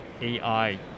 AI